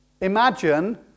Imagine